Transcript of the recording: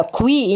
qui